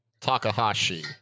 Takahashi